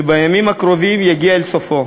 שבימים הקרובים יגיע אל סופו.